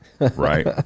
right